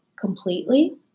completely